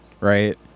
right